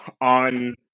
on